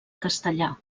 castellar